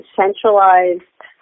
centralized